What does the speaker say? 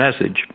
message